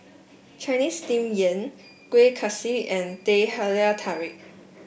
Chinese Steamed Yam Kueh Kaswi and Teh Halia Tarik